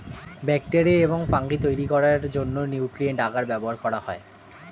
bacteria এবং fungi তৈরি করার জন্য নিউট্রিয়েন্ট আগার ব্যবহার করা হয়